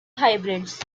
hybrids